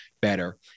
better